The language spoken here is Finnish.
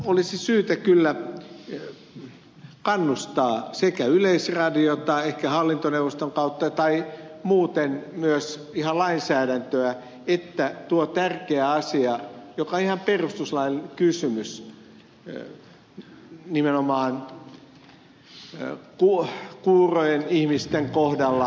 olisi kyllä syytä kannustaa sekä yleisradiota ehkä hallintoneuvoston kautta tai muuten myös ihan lainsäädännöllä että tuota tärkeää asiaa joka on ihan perustuslaillinen kysymys nimenomaan kuurojen ihmisten kohdalla